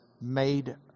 made